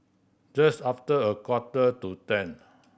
just after a quarter to ten